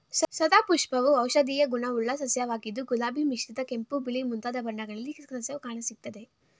ಸದಾಪುಷ್ಪವು ಔಷಧೀಯ ಗುಣವುಳ್ಳ ಸಸ್ಯವಾಗಿದ್ದು ಗುಲಾಬಿ ಮಿಶ್ರಿತ ಕೆಂಪು ಬಿಳಿ ಮುಂತಾದ ಬಣ್ಣಗಳಲ್ಲಿ ಸಸ್ಯವು ಕಾಣಸಿಗ್ತದೆ